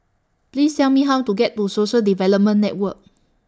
Please Tell Me How to get to Social Development Network